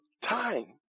time